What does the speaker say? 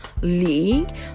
league